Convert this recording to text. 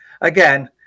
again